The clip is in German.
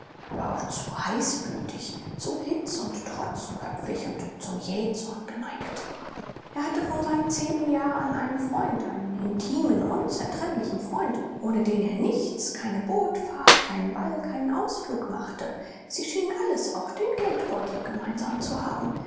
aber auch zu heißblütig zu hitz und trotzköpfig und zum jähzorn geneigt er hatte von seinem zehnten jahre an einen freund einen intimen unzertrennlichen freund ohne den er nichts keine bootfahrt keinen ball keinen ausflug machte sie schienen alles auch den geldbeutel gemeinsam zu haben